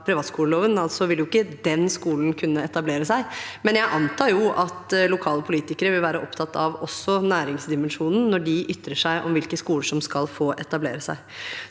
privatskoleloven, altså vil ikke den skolen kunne etablere seg, men jeg antar at lokale politikere vil være opptatt av også næringsdimensjonen når de ytrer seg om hvilke skoler som skal få etablere seg.